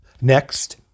Next